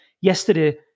Yesterday